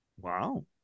Wow